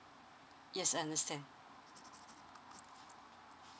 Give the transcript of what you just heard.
yes I understand